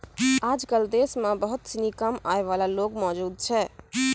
आजकल देश म बहुत सिनी कम आय वाला लोग मौजूद छै